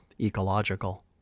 ecological